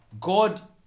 God